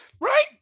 right